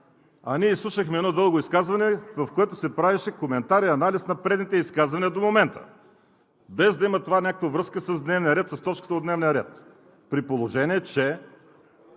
а ние изслушахме едно дълго изказване, в което се правеше коментар и анализ на предните изказвания до момента, без да има то някаква връзка с точката от дневния ред. При положение че